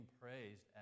praised